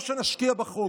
שנשקיע בחוק?